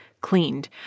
cleaned